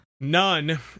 None